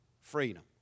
freedom